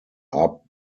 about